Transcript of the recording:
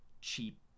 cheap